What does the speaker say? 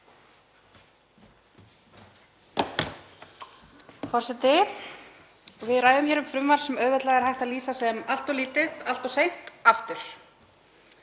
Forseti. Við ræðum hér um frumvarp sem auðveldlega er hægt að lýsa sem allt of lítið, allt of seint, aftur.